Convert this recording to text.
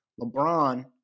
LeBron